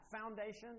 foundation